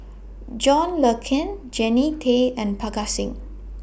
John Le Cain Jannie Tay and Parga Singh